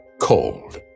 cold